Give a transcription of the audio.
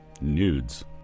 Nudes